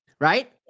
right